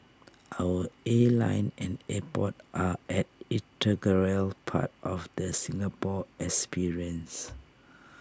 our airline and airport are an integral part of the Singapore experience